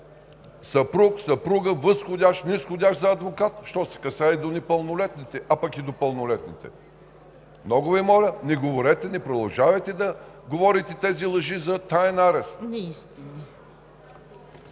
съпруг, съпруга, възходящ, низходящ за адвокат, що се касае до непълнолетните, а пък и до пълнолетните. Много Ви моля, не продължавайте да говорите тези лъжи за таен арест.